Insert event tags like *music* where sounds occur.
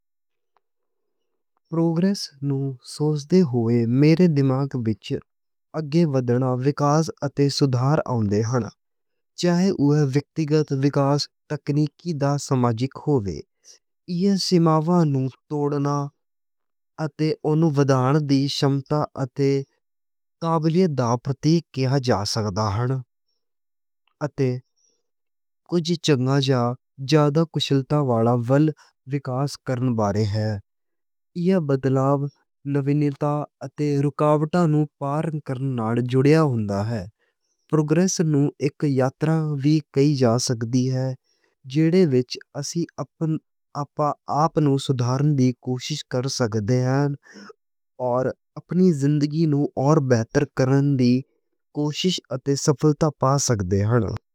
پروگریس نوں سوچدے ہوئے میرے دماغ وچ اگے ودھنا ترقی اتے سدھار آؤندے نیں۔ چاہے ویکتیگت، ٹکنیکی جا سماجی ہووے۔ سیما بندھنوں توڑنا *hesitation* اتے اُس نوں ودھاؤن دی کشمتا اتے ایبلیٹی دا پرتیک کہا جا سکدا نیں۔ اتے کُجھ اچھا جاں ودھ کُشَلتا والا ولّ ترقی کرن بارے ہے۔ ایہ بدلاوَ نوینتا اتے رکاوٹاں نوں پار کرن والا جڑیا ہندا ہے۔ پروگریس نوں اک یاترا وی کہی جا سکدی ہے۔ جدے وچ اسی آپا *hesitation* آپنوں سدھارنے دی کوشش کر سکدے آں۔ اتے اپنی زندگی نوں ہور بہتر کرن دی کوشش اتے سفلتہ پا سکدے نیں۔